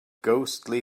ghostly